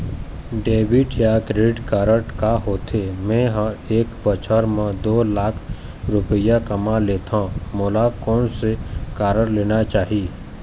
Debit या credit card का होथे, मे ह एक बछर म दो लाख रुपया कमा लेथव मोला कोन से कारड लेना चाही?